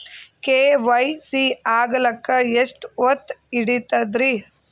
KYC ಆಗಲಕ್ಕ ಎಷ್ಟ ಹೊತ್ತ ಹಿಡತದ್ರಿ?